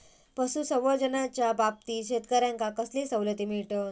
पशुसंवर्धनाच्याबाबतीत शेतकऱ्यांका कसले सवलती मिळतत?